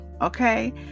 okay